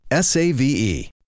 SAVE